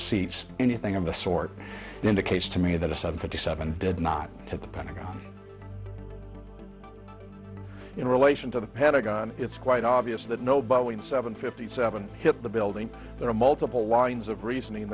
seat's anything of the sort indicates to me that a seventy seven did not hit the pentagon in relation to the pentagon it's quite obvious that no but when the seven fifty seven hit the building there are multiple lines of reasoning